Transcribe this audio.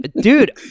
Dude